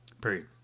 period